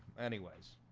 anyways,